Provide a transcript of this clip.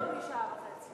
פחות משעה וחצי.